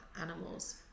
animals